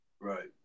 Right